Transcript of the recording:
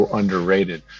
underrated